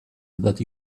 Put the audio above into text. that